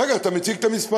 ואחר כך אתה מציג את המספרים.